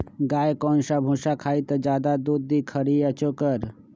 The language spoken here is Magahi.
गाय कौन सा भूसा खाई त ज्यादा दूध दी खरी या चोकर?